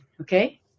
okay